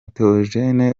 théogène